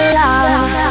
love